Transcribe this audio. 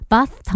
Bath